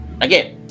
again